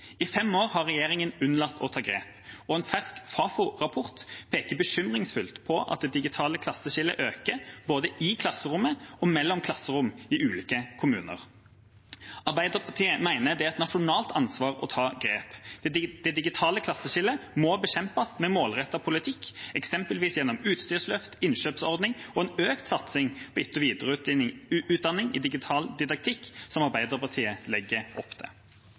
I fem år har regjeringen unnlatt å ta grep. En fersk Fafo-rapport peker bekymringsfullt på at det digitale klasseskillet øker både i klasserommet og mellom klasserom i ulike kommuner. Arbeiderpartiet mener det er et nasjonalt ansvar å ta grep. Det digitale klasseskillet må bekjempes med målrettet politikk, eksempelvis gjennom utstyrsløft, innkjøpsordning og økt satsing på etter- og videreutdanning i digital didaktikk, slik Arbeiderpartiet legger opp til.